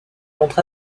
montre